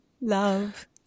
Love